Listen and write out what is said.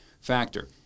factor